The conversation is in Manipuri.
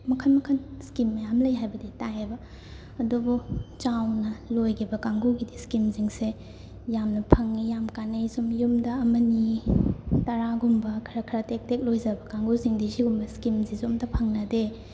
ꯃꯈꯟ ꯃꯈꯟ ꯁ꯭ꯀꯤꯝ ꯃꯌꯥꯝ ꯂꯩ ꯍꯥꯏꯕꯗꯤ ꯇꯥꯏꯑꯦꯕ ꯑꯗꯨꯕꯨ ꯆꯥꯎꯅ ꯂꯣꯏꯈꯤꯕ ꯀꯥꯡꯕꯨꯒꯤꯗꯤ ꯁ꯭ꯀꯤꯝꯖꯤꯡꯁꯦ ꯌꯥꯝꯅ ꯐꯪꯉꯤ ꯌꯥꯝ ꯀꯥꯟꯅꯩ ꯁꯨꯝ ꯌꯨꯝꯗ ꯑꯃꯅꯤ ꯇꯔꯥꯒꯨꯝꯕ ꯈꯔ ꯈꯔ ꯇꯦꯛ ꯇꯦꯛ ꯂꯣꯏꯖꯕ ꯀꯥꯡꯒꯨꯁꯤꯡꯗꯤ ꯁꯤꯒꯨꯝꯕ ꯁ꯭ꯀꯤꯝꯁꯤꯁꯨ ꯑꯝꯇ ꯐꯪꯅꯗꯦ